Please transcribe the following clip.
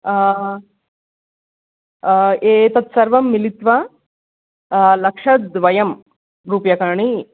एतत् सर्वं मिलित्वा लक्षद्वयरूप्यकाणि